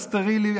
הסטרילי,